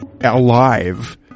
alive